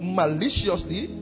maliciously